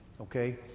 Okay